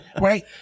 right